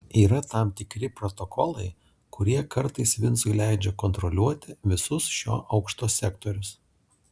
yra tam tikri protokolai kurie kartais vincui leidžia kontroliuoti visus šio aukšto sektorius